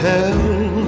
tell